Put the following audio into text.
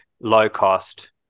low-cost